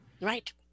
Right